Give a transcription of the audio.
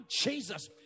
Jesus